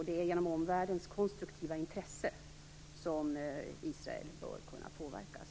Det är genom omvärldens konstruktiva intresse som Israel bör kunna påverkas.